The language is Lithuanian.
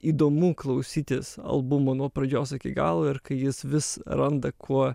įdomu klausytis albumo nuo pradžios iki galo ir kai jis vis randa kuo